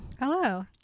Hello